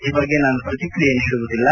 ಈ ಬಗ್ಗೆ ನಾನು ಪ್ರತಿಕ್ರಿಯೆ ನೀಡುವುದಿಲ್ಲ